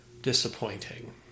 disappointing